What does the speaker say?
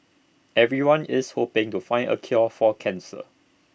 everyone is hoping to find A cure for cancer